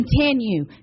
Continue